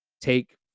take